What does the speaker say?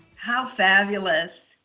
how fabulous!